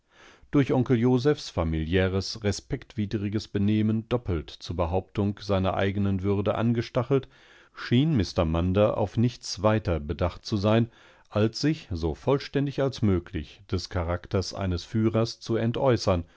durch onkel josephs familiäres respektwidriges benehmen doppelt zur behauptung seiner eigenen würde angestachelt schien mr munder auf nichts weiter bedacht zu sein als sich so vollständig als möglich des charakters eines führers zu entäußern